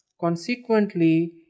Consequently